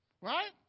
right